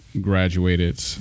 graduated